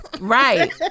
right